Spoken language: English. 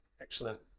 Excellent